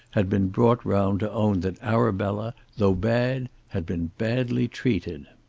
had been brought round to own that arabella, though bad, had been badly treated.